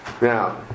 Now